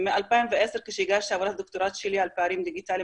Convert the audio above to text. ב-2010 כשהגשתי את עבודת הדוקטורט שלי על פערים דיגיטליים,